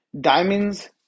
diamonds